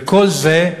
ועם כל זה,